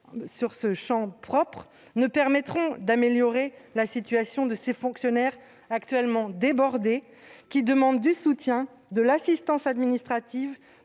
fonctionnelle » ne permettront d'améliorer la situation de ces fonctionnaires, actuellement débordés, qui demandent du soutien, de l'assistance administrative,